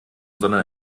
sondern